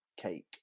cake